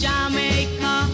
Jamaica